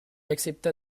accepta